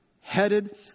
headed